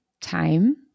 time